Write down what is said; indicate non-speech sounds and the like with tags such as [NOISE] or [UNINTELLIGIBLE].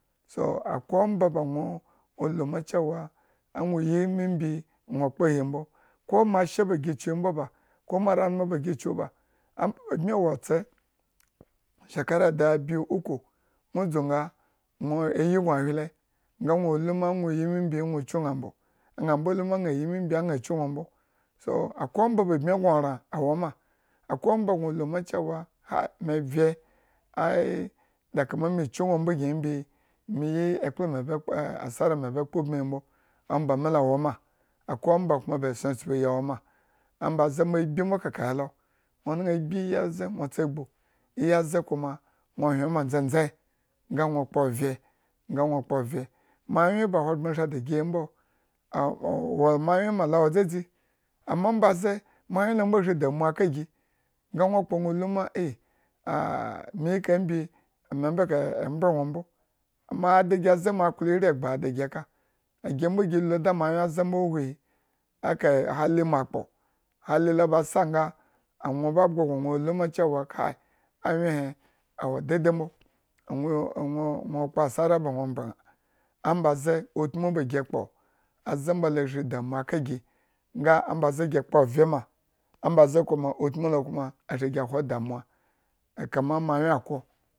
So akwai omba ba nwo, alu ma cwa anwo yi mbimbi anwo kpo ohi mbo, ko mbashe ba gi kyu mbombo ba, ko mo ranmu ba gi kyu ba ambo ba bmi wo otse, shekara daga biyu ukwu nwo dzu nga ayi gno hwile. nganwo luma nwo i ma embi anwo kyu ñaa mbo, aña mbo lu ma aña yi mbi aña kyu nwo mbo, so akwai ombaba bmi gno oran awo ma, akwai omba gno oran awo ma, akwai omba ba bmi gno oran awo ma, akwaiomba gno lu ma cewa high me vye.” Aiy” da kama me kyu mbo nyi mbi me yi ekplo me ba eeh asara me ba kpo ubmihi mbo, omba mii lo awo ma, ambo ze mbo agbi mbo kakahe lo, nwo ñan agbiiyi aze nwo tsugbu, iyi ze kuma. nwo hyen ma ndzendze, nga nwo kpo ovye, nga nwo kpo ovye moanwyenba ahogbren shridi gi mbo, aw aw awo moanwyenmu la wo dzadzi amma omba ze moawyenlon shri damuwa aka gi nga nwo kpo nga nwo lu ma [HESITATION] me yi kahe mbi me mbo ka mbre nwo mbo modigi aze ma ma klo iri egba da si ka gi mbo gi lu da mo ze mbo uwuhi, akaahali mo kpo, hali loba sa nga anwo babgo gñao nwo lu ma cewa kai, anwyen he awo daidai mbo anwonwo kpo asara banwo ombre ñaa ambaze utmu ba ʃi kpo, aze mbo la shri damuwa aka ʃi, nga omba ze gi kpo ovyema, omba ze kuma utmu lo ashri gi ahwo damuwa. s [UNINTELLIGIBLE]